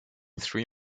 three